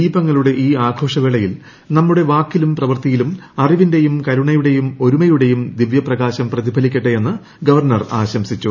ദീപങ്ങളുടെ ഈ ആഘോഷവേളയിൽ നമ്മുടെ വാക്കിലും പ്രവൃത്തിയിലും അറിവിന്റെയും കരുണയുടെയും ഒരുമയുടെയും ദിവൃപ്രകാശം പ്രതിഫലിക്കട്ടെയെന്ന് ഗവർണർ ആശംസിച്ചു